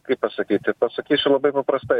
kaip pasakyti pasakysiu labai paprastai